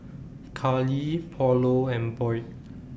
Carly Paulo and Boyd